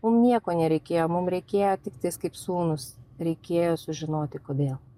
mum nieko nereikėjo mum reikėjo tiktais kaip sūnūs reikėjo sužinoti kodėl